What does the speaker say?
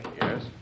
Yes